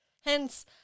hence